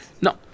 No